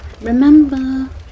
Remember